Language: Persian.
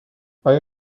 آیا